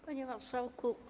Panie Marszałku!